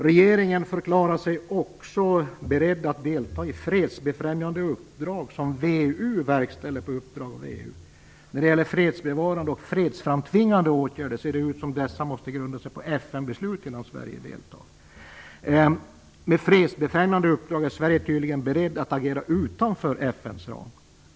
Regeringen förklarar sig också vara beredd att delta i fredsbefrämjande uppdrag som VEU verkställer på uppdrag av EU. Fredsbevarande och fredsframtvingande åtgärder måste grunda sig på FN-beslut innan Sverige deltar, men när det gäller fredsbefrämjande uppdrag är Sverige tydligen berett att agera utanför FN:s ram.